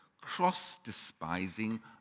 cross-despising